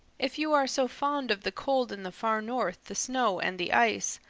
if you are so fond of the cold in the far north, the snow and the ice,